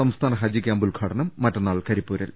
സംസ്ഥാന ഹജ്ജ് ക്യാമ്പ് ഉദ്ഘാടനം മറ്റന്നാൾ കരിപ്പൂരിൽ